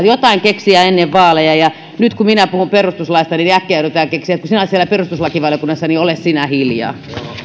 jotain keksiä ennen vaaleja ja nyt kun minä puhun perustuslaista niin äkkiä yritetään keksiä että sinä kun olet siellä perustuslakivaliokunnassa niin ole sinä hiljaa